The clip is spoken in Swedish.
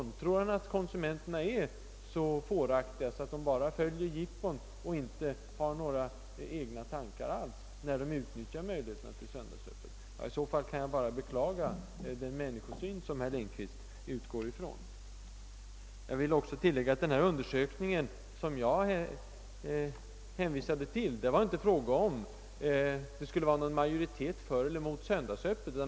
Tror herr Lindkvist att konsumenterna är så fåraktiga att de bara går dit där det finns jippon och att de inte har några egna tankar när de utnyttjar möjligheterna att söndagshandla? I så fall kan jag bara beklaga den människosyn som herr Lindkvist utgår från. Jag vill tillägga att den undersökning jag hänvisade till inte avsåg att utröna om det var majoritet för eller emot söndagsöppet.